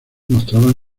mostraban